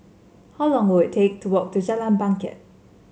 how long will we take to walk to Jalan Bangket